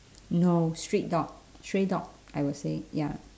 no street dog stray dog I will say ya